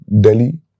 Delhi